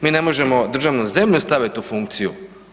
Mi ne možemo državnu zemlju staviti u funkciju.